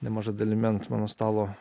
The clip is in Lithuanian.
nemaža dalimi ant mano stalo